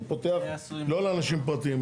הוא פותח לא לאנשים פרטיים,